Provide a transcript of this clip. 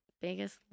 Biggest